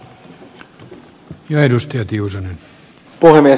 arvoisa puhemies